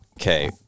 okay